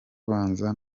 abanza